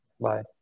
Bye